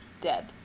dead